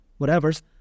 whatevers